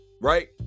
right